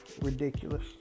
ridiculous